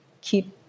keep